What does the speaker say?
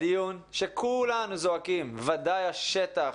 הדיון שכולנו זועקים, בוודאי השטח,